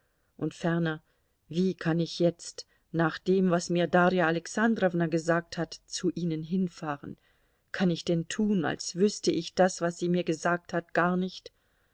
und ferner wie kann ich jetzt nach dem was mir darja alexandrowna gesagt hat zu ihnen hinfahren kann ich denn tun als wüßte ich das was sie mir gesagt hat gar nicht